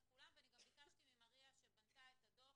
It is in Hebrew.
ואני גם ביקשתי ממריה שבנתה את הדוח,